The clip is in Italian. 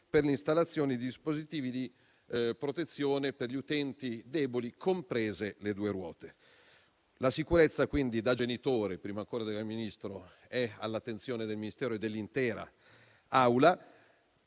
per l'installazione di dispositivi di protezione per gli utenti deboli, comprese le due ruote. La sicurezza, quindi, da genitore prima ancora che da Ministro, è all'attenzione del Ministero e dell'intera